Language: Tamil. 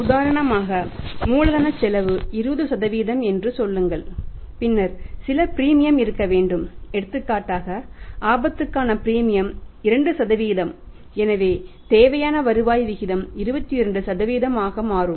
உதாரணமாக மூலதன செலவு 20 என்று சொல்லுங்கள் பின்னர் சில பிரீமியம் இருக்க வேண்டும் எடுத்துக்காட்டாக ஆபத்துக்கான பிரீமியம் 2 எனவே தேவையான வருவாய் விகிதம் 22 ஆக மாறும்